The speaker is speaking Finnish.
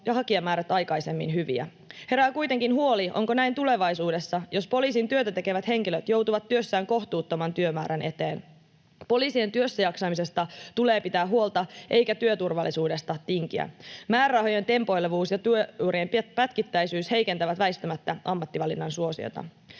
ja hakijamäärät aikaisemmin hyviä. Herää kuitenkin huoli, onko näin tulevaisuudessa, jos poliisin työtä tekevät henkilöt joutuvat työssään kohtuuttoman työmäärän eteen. Poliisien työssäjaksamisesta tulee pitää huolta eikä työturvallisuudesta tinkiä. Määrärahojen tempoilevuus ja työurien pätkittäisyys heikentävät väistämättä ammattivalinnan suosiota.